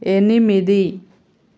ఎనిమిది